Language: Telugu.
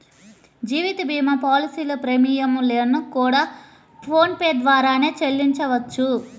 జీవిత భీమా పాలసీల ప్రీమియం లను కూడా ఫోన్ పే ద్వారానే చెల్లించవచ్చు